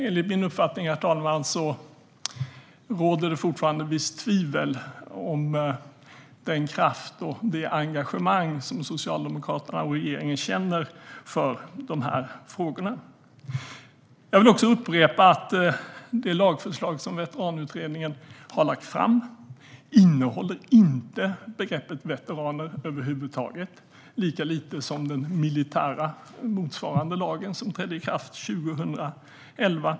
Enligt min uppfattning råder det fortfarande visst tvivel om den kraft och det engagemang som Socialdemokraterna och regeringen känner för de här frågorna. Jag vill också upprepa att det lagförslag som Veteranutredningen har lagt fram inte innehåller begreppet veteran över huvud taget, lika lite som den motsvarande militära lagen, som trädde i kraft 2011.